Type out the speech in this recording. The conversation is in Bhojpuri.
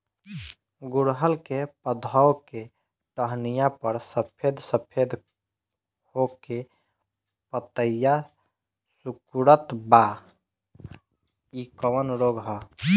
गुड़हल के पधौ के टहनियाँ पर सफेद सफेद हो के पतईया सुकुड़त बा इ कवन रोग ह?